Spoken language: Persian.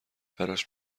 براش